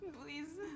please